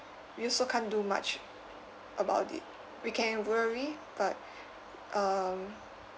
we also can't do much about it we can worry but um